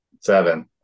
Seven